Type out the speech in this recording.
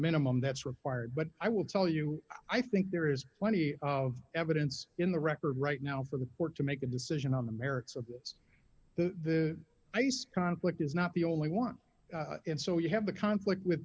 minimum that's required but i will tell you i think there is plenty of evidence in the record right now for the court to make a decision on the merits of this the ice conflict is not the only one and so you have the conflict with